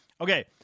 Okay